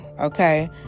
Okay